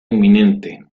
inminente